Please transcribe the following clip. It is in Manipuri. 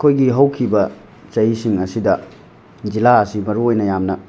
ꯑꯩꯈꯣꯏꯒꯤ ꯍꯧꯈꯤꯕ ꯆꯍꯤꯁꯤꯡ ꯑꯁꯤꯗ ꯖꯤꯂꯥ ꯑꯁꯤ ꯃꯔꯨꯑꯣꯏꯅ ꯌꯥꯝꯅ